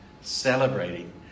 celebrating